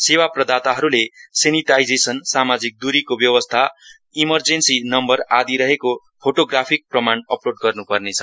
सेवा प्रदाताहरूले सेनिटाइजेसन सामाजिक द्रीको व्यवस्था इमर्जेन्सी नम्बर आदि रहेको फोटोग्राफिक प्रमाण अपलोड गर्नुपर्नेछ